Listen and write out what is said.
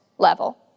level